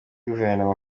guverinoma